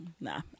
nah